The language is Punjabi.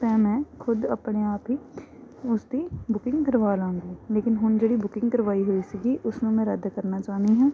ਮੈਂ ਖੁਦ ਆਪਣੇ ਆਪ ਹੀ ਉਸਦੀ ਬੁਕਿੰਗ ਕਰਵਾ ਲਵਾਂਗੀ ਲੇਕਿਨ ਹੁਣ ਜਿਹੜੀ ਬੁਕਿੰਗ ਕਰਵਾਈ ਹੋਈ ਸੀਗੀ ਉਸਨੂੰ ਮੈਂ ਰੱਦ ਕਰਨਾ ਚਾਹੁੰਦੀ ਹਾਂ